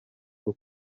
rwo